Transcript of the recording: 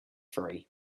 three